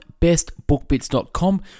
bestbookbits.com